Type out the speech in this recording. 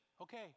okay